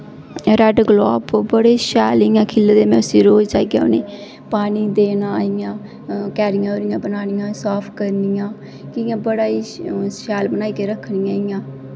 red गलाब बड़े शैल इ'यां खिल्ले दे में रोज़ जाइयै उ'नें गी पानी देना इ'यां क्यारियां ओह्दियां बनानियां शैल बनानियां कि इ'यां बड़ा गै शैल बनाइयै रक्खने आं इ'यां